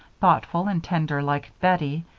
thoughtful and tender like bettie,